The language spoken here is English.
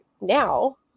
now